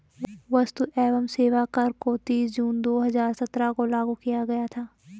वस्तु एवं सेवा कर को तीस जून दो हजार सत्रह को लागू किया गया था